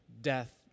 death